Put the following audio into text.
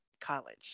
college